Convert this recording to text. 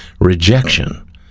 rejection